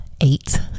eight